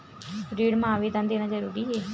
ऋण मा आवेदन देना जरूरी हे?